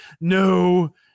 No